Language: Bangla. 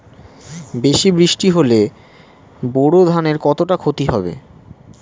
বেশি বৃষ্টি হলে বোরো ধানের কতটা খতি হবে?